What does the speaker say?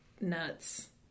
nuts